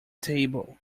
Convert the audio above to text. table